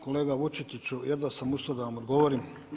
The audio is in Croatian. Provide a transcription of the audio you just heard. Kolega Vučetiću, jedva sam ustao da vam odgovorim.